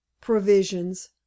provisions